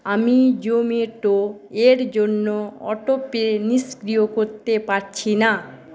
আমি জোম্যাটো এর জন্য অটোপে নিষ্ক্রিয় করতে পারছি না